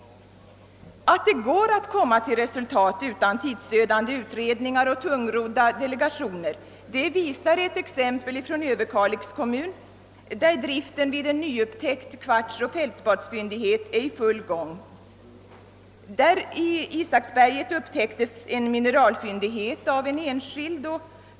Att det går att komma till resultat utan tidsödande utredningar och tungrodda delegationer visar ett exempel från Överkalix kommun, där driften vid en nyupptäckt kvartsoch fältspatsfyndighet är i full gång. I Isaksberget upptäcktes en mineralfyndighet av en enskild person.